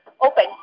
Open